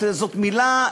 אתה יודע,